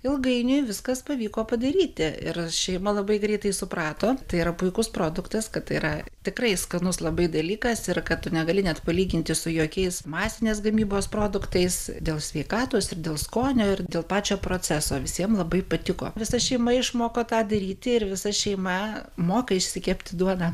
ilgainiui viskas pavyko padaryti ir šeima labai greitai suprato tai yra puikus produktas kad yra tikrai skanus labai dalykas yra kad tu negali net palyginti su jokiais masinės gamybos produktais dėl sveikatos ir dėl skonio ir dėl pačio proceso visiem labai patiko visa šeima išmoko tą daryti ir visa šeima moka išsikepti duoną